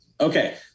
Okay